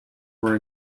were